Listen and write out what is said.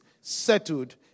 settled